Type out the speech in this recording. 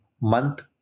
month